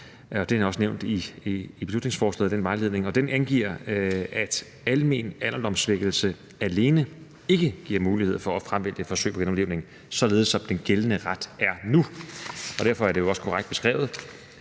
er også nævnt i beslutningsforslaget, og den angiver, at almen alderdomssvækkelse alene ikke giver mulighed for at fravælge forsøg på genoplivning. Det er således, som den gældende ret er nu. Derfor er det jo også korrekt beskrevet,